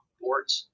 boards